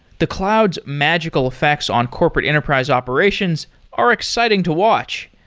the cloud's magical effects on corporate enterprise operations are exciting to watch.